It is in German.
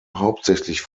hauptsächlich